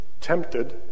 tempted